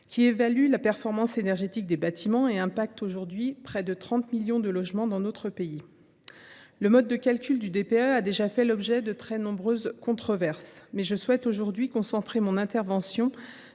qui évalue la performance énergétique des bâtiments et concerne aujourd’hui près de 30 millions de logements en France. Le mode de calcul du DPE a déjà fait l’objet de très nombreuses controverses, mais je veux aujourd’hui concentrer mon intervention